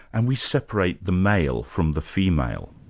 and we separate the male from the female.